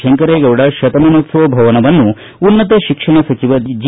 ಶಂಕರಗೌಡ ಶತಮಾನೋತ್ಸವ ಭವನವನ್ನು ಉನ್ನತ ಶಿಕ್ಷಣ ಸಚಿವ ಜಿ